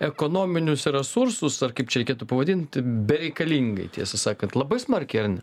ekonominius resursus ar kaip čia reikėtų pavadint bereikalingai tiesą sakant labai smarkiai ar ne